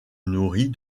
nourrit